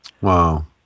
Wow